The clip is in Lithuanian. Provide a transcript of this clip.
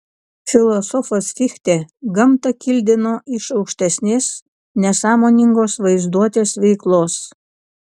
filosofas fichtė gamtą kildino iš aukštesnės nesąmoningos vaizduotės veiklos